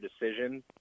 decision